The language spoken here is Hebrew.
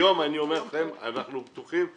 היום אנחנו בטוחים בכך,